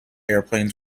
airplanes